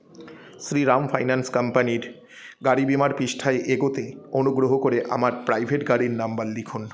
Shriram finance কোম্পানির গাড়ি বিমার পৃষ্ঠায় এগোতে অনুগ্রহ করে আমার প্রাইভেট গাড়ির নম্বর লিখুন